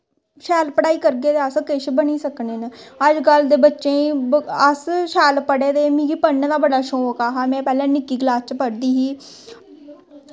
शैल पढ़ाई करगे ते अस किश बनी सकने न अजकल्ल दे बच्चें गी अस शैल पढ़े दे मिगी पढ़ने दा बड़ा शौंक हा में पैह्लें निक्की कलास च पढ़दी ही